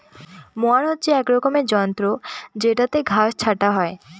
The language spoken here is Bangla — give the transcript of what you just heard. মোয়ার হচ্ছে এক রকমের যন্ত্র জেত্রযেটাতে ঘাস ছাটা হয়